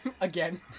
Again